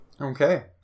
Okay